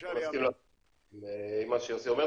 אני מסכים עם מה שיוסי אומר.